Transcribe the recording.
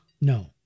no